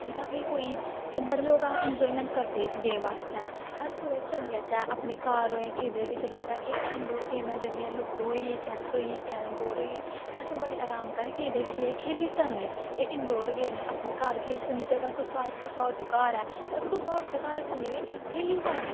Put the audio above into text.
एह्दा बी कोई एह् बड़े लोग इंजाएमैंट करदे इस गेम बास्तै अस कुदै बी चली जाच्चै अपने घर होऐ किदै बी चली जाच्चै एह् इनडोर गेमां जेह्ड़ियां लूडो होई गेई चैस्स होई गेई कैरम बोर्ड होई गेई एह् अस बड़े अराम कन्नै किदै बी जाइयै खेली सकने एह् इनडोर गेम ऐ अपने घर खेली सकने जेकर कुसै अस कुसै होर दे घर ऐ ते अस कुसै होर दे घर जाइयै बी खेली सकने